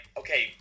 okay